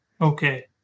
Okay